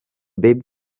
bebe